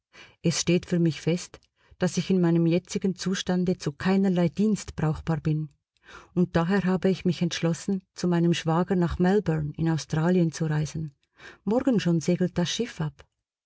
es steht für mich fest daß ich in meinem jetzigen zustande zu keinerlei dienst brauchbar bin und daher habe ich mich entschlossen zu meinem schwager nach melbourne in australien zu reisen morgen schon segelt das schiff ab